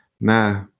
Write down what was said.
Ma